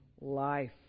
life